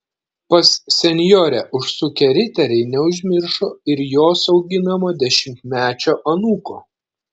pas senjorę užsukę riteriai neužmiršo ir jos auginamo dešimtmečio anūko